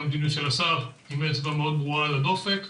השר עם אצבע מאוד ברורה על הדופק.